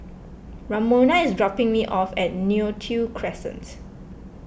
Ramona is dropping me off at Neo Tiew Crescent